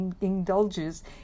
indulges